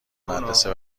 مدرسه